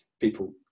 people